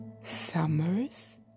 Summers